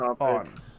on